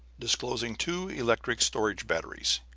disclosing two electric storage batteries,